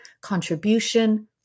contribution